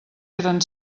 eren